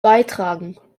beitragen